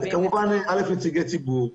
נציגי ציבור,